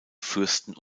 fürsten